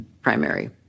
primary